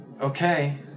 Okay